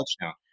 touchdown